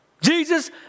Jesus